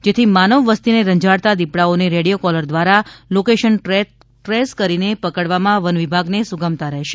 જેથી માનવવસ્તીને રંજાડતા દીપડાઓને રેડિયો કોલર દ્વારા લોકેશન ટ્રેસ કરીને પકડવામાં વનવિભાગને સુગમતા રહેશે